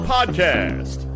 Podcast